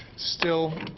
still,